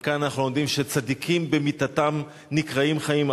מכאן אנחנו למדים שצדיקים במיתתם נקראים חיים.